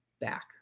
back